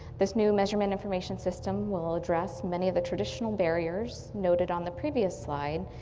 this new measurement information system will address many of the traditional barriers noted on the previous slide,